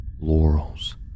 laurels